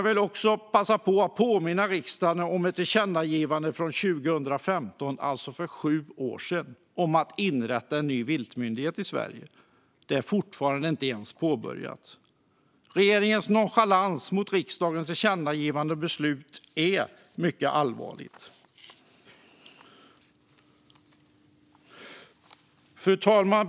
Jag ska också påminna riksdagen om ett tillkännagivande från 2015, alltså för sju år sedan, om att inrätta en viltmyndighet i Sverige. Det är fortfarande inte ens påbörjat. Regeringens nonchalans mot riksdagens tillkännagivande och beslut är mycket allvarligt. Fru talman!